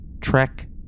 trek